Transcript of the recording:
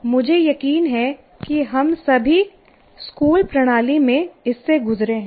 मुझे यकीन है कि हम सभी स्कूल प्रणाली में इससे गुजरे हैं